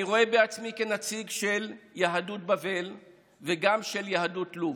אני רואה בעצמי כנציג של יהדות בבל וגם של יהדות לוב,